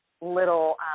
little